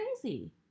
crazy